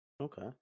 Okay